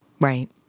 Right